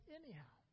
anyhow